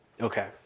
Okay